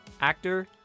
actor